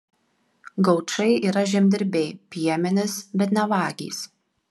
gaučai yra žemdirbiai piemenys bet ne vagys